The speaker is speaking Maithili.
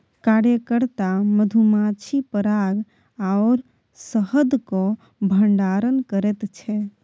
कार्यकर्ता मधुमाछी पराग आओर शहदक भंडारण करैत छै